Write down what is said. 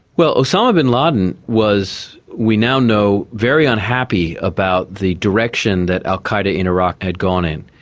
well, osama bin laden was, we now know, very unhappy about the direction that al qaeda in iraq had gone in.